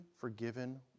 forgiven